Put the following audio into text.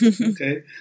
okay